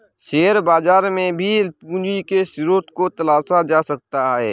share बाजार में भी पूंजी के स्रोत को तलाशा जा सकता है